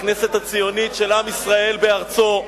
הכנסת הציונית של עם ישראל בארצו,